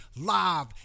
live